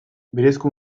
berezko